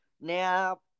Now